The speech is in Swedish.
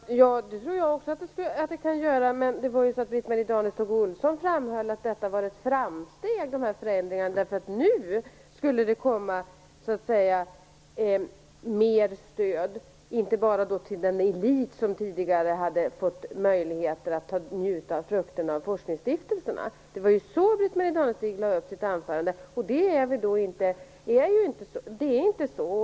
Fru talman! Det tror jag också att det kan göra. Men Britt-Marie Danestig-Olofsson framhöll ju att förändringarna var ett framsteg därför att det nu skulle bli mer stöd, och inte bara till den elit som tidigare fått möjligheten att njuta frukterna av forskningsstiftelserna. Det var så hon lade upp sitt anförande, men det är inte så.